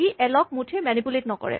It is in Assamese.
ই এল ক মুঠেই মেনিপুলেট নকৰে